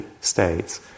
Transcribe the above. states